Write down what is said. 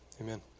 amen